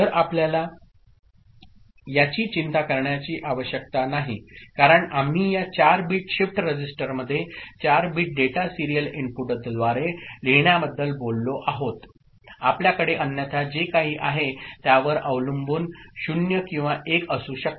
तर आपल्याला याची चिंता करण्याची आवश्यकता नाही कारण आम्ही या 4 बिट शिफ्ट रजिस्टरमध्ये 4 बिट डेटा सीरियल इनपुटद्वारे लिहिण्याबद्दल बोललो आहोत आपल्याकडे अन्यथा जे काही आहे त्यावर अवलंबून 0 किंवा 1 असू शकते